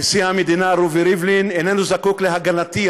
נשיא המדינה רובי ריבלין אינו זקוק להגנתי,